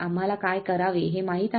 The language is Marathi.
आम्हाला काय करावे हे माहित आहे